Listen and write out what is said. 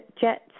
Jets